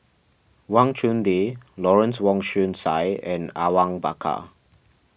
Wang Chunde Lawrence Wong Shyun Tsai and Awang Bakar